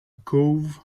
cove